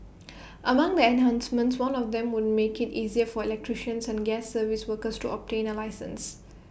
among the enhancements one of them would make IT easier for electricians and gas service workers to obtain A licence